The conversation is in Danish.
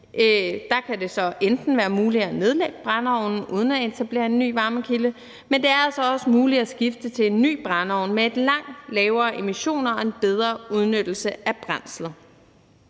Der kan det så være muligt at nedlægge brændeovnen uden at etablere en ny varmekilde, men det er altså også muligt at skifte til en ny brændeovn med en langt lavere emission og bedre udnyttelse af brændsler.